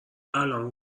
الان